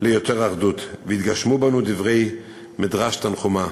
ליותר אחדות ויתגשמו בנו דברי מדרש תנחומא: